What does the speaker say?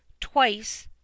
twice